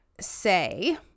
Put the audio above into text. say